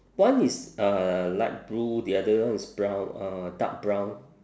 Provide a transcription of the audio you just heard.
one is uh light blue the other one is brown uh dark brown